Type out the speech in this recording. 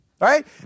Right